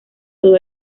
todo